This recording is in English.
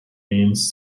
means